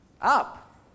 up